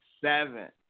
Seven